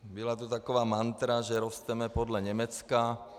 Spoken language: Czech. Byla tu taková mantra, že rosteme podle Německa.